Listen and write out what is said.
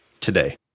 today